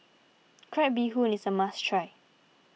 Crab Bee Hoon is a must try